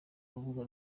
rubuga